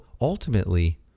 ultimately